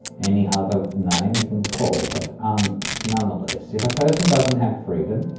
any other name you can call, but um nonetheless, if a person does not have freedom,